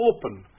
Open